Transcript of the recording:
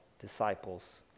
disciples